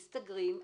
מסתגרים,